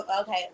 okay